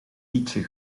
liedje